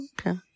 Okay